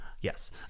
Yes